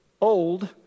old